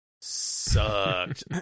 sucked